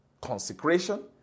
Consecration